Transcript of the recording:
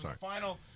Final